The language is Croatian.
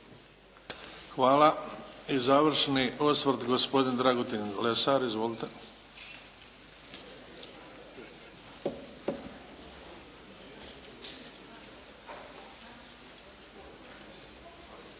Hvala. I završni osvrt gospodin Dragutin Lesar. Izvolite.